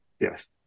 Yes